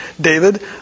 David